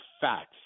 facts